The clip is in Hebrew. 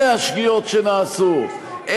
אלה השגיאות שנעשו,